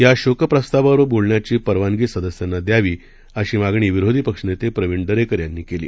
या शोकप्रस्तावावर बोलण्याची परवानगी सदस्यांना द्यावी अशी मागणी विरोधी पक्षनेते प्रवीण दरेकर यांनी केली